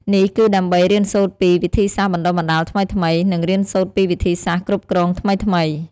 នេះគឺដើម្បី រៀនសូត្រពីវិធីសាស្ត្របណ្តុះបណ្តាលថ្មីៗ និងរៀនសូត្រពីវិធីសាស្ត្រគ្រប់គ្រងថ្មីៗ។